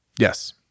yes